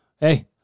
Hey